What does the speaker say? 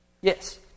Yes